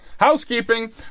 housekeeping